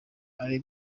ari